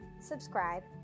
subscribe